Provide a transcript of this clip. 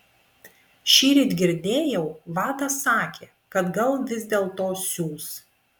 šįryt girdėjau vadas sakė kad gal vis dėlto siųs